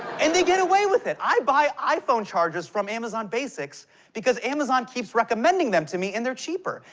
and they get away with it. i buy iphone chargers from amazon basics because amazon keeps recommending them to me and they're cheaper.